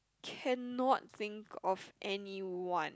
cannot think of anyone